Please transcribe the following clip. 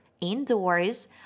indoors